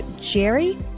Jerry